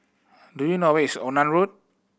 do you know where is Onan Road